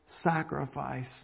sacrifice